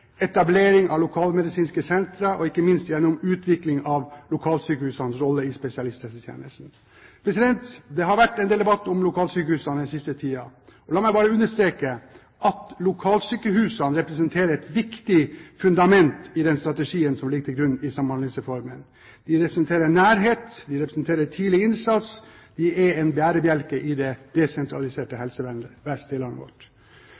etablering av lokalmedisinske sentra og ikke minst gjennom utvikling av lokalsykehusenes rolle i spesialisthelsetjenesten. Det har vært en del debatt om lokalsykehusene den siste tiden. La meg bare understreke at lokalsykehusene representerer et viktig fundament i den strategien som ligger til grunn for Samhandlingsreformen. De representerer en nærhet, de representerer tidlig innsats, og de er en bærebjelke i det desentraliserte helsevesenet i landet vårt.